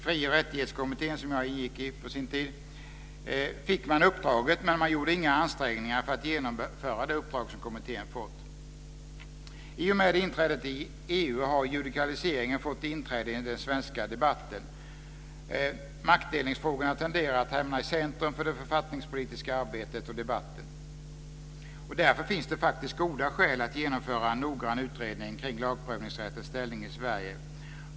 Fri och rättighetskommittén, som jag ingick i på sin tid, fick uppdraget men gjorde inga ansträngningar för att genomföra det. I och med inträdet i EU har judikaliseringen fått inträde i den svenska debatten. Maktdelningsfrågorna tenderar att hamna i centrum för det författningspolitiska arbetet och debatten. Därför finns det faktiskt goda skäl att genomföra en noggrann utredning kring lagprövningsrättens ställning i Sverige.